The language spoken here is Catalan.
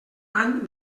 any